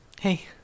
Hey